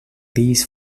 these